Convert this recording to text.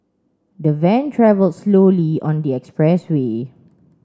the van travelled slowly on the expressway